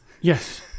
Yes